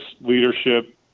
leadership